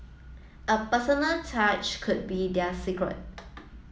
a personal touch could be their secret